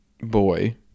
Boy